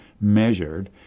measured